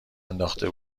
انداخته